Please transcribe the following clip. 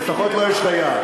לפחות לא אש חיה.